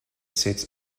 sets